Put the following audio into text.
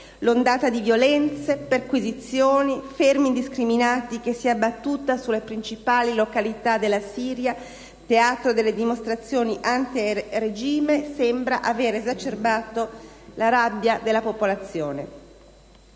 l'ondata di violenze, perquisizioni e fermi indiscriminati che si è abbattuta sulle principali località della Siria teatro delle dimostrazioni antiregime, sembrano aver esacerbato la rabbia della popolazione.